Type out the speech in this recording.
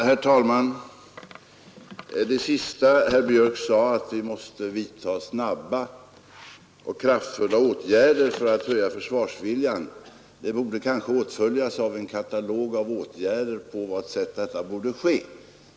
Herr talman! Det sista herr Björk sade i sitt anförande, att vi måste vidtaga snabba och kraftfulla åtgärder för att höja försvarsviljan, borde kanske åtföljas av en katalog med förslag till hur detta borde ske.